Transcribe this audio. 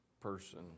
person